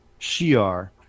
Shi'ar